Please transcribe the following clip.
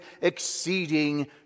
exceeding